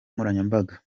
nkoranyambaga